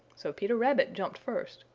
so peter rabbit jumped first,